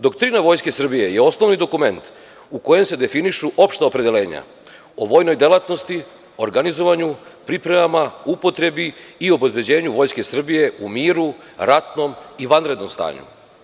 Doktrina Vojske Republike Srbije je osnovni dokument u kojem se definišu opšta opredeljenja o vojnoj delatnosti, organizovanju, pripremama, upotrebi i obezbeđenju Vojske Srbije u miru, ratnom i vanrednom stanju.